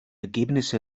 ergebnisse